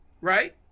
Right